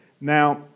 Now